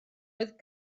oedd